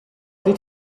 did